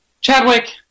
Chadwick